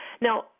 Now